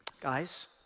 Guys